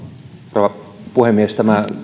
rouva puhemies tämä